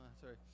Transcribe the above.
sorry